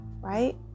Right